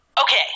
Okay